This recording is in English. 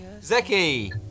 Zeki